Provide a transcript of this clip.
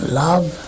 love